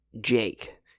jake